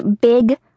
big